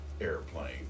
Airplane